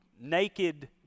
naked